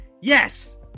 yes